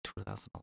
2011